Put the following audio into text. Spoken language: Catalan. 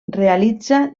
realitza